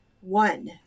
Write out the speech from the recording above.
one